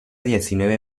diecinueve